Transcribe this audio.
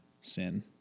sin